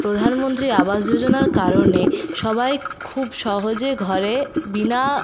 প্রধানমন্ত্রী আবাস যোজনার কারণে সবাই খুব সহজে ঘরে বিনা